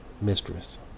mistress